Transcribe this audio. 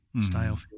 style